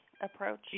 approach